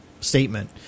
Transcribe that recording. statement